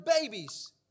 babies